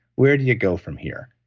where do you go from here?